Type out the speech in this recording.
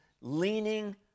leaning